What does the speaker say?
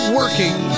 working